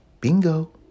bingo